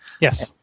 Yes